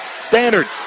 Standard